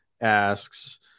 asks